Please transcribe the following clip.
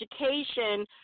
education